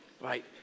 Right